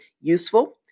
useful